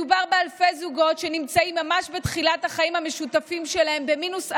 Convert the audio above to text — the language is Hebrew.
מדובר באלפי זוגות שנמצאים ממש בתחילת החיים המשותפים שלהם במינוס ענק,